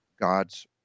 God's